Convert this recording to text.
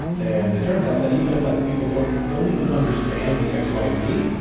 and it turns out that, even if like the people don't don't even understand the x, y, and z,